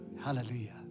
Hallelujah